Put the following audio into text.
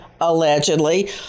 allegedly